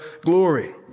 glory